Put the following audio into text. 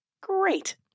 Great